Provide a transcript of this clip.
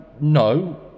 no